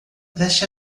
preste